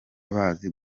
bazi